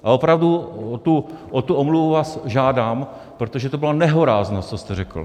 A opravdu o tu omluvu vás žádám, protože to byla nehoráznost, co jste řekl.